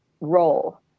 role